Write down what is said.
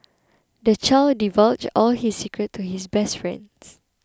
the child divulged all his secrets to his best friends